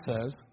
says